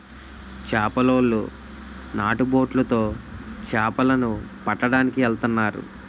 చేపలోలు నాటు బొట్లు తో చేపల ను పట్టడానికి ఎల్తన్నారు